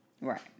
right